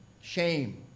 Shame